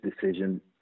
decision